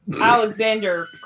Alexander